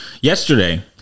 Yesterday